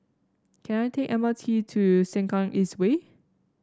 can I take M R T to Sengkang East Way